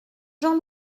jean